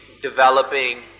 developing